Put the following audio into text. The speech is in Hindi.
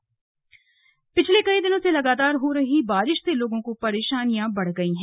स्लग मौसम पिछले कई दिनों से लगातार हो रही बारिश से लोगों की परेशानियां बढ़ गई हैं